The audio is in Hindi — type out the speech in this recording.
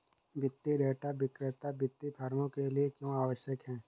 वित्तीय डेटा विक्रेता वित्तीय फर्मों के लिए क्यों आवश्यक है?